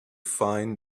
find